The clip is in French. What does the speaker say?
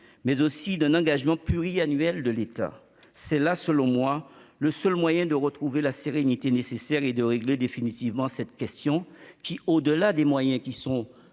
mais aussi d'un engagement pluriannuel de l'État. C'est à mes yeux le seul moyen de retrouver la sérénité nécessaire et de régler définitivement cette question qui embrase un